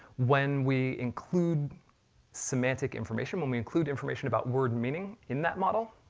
when we include semantic information, when we include information about word meaning in that model,